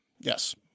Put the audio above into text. Yes